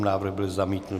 Návrh byl zamítnut.